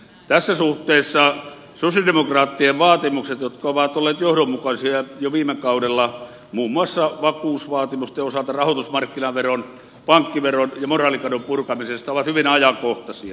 tässä suhteessa sosialidemokraattien vaatimukset jotka ovat olleet johdonmukaisia jo viime kaudella muun muassa vakuusvaatimusten rahoitusmarkkinaveron pankkiveron ja moraalikadon purkamisen osalta ovat hyvin ajankohtaisia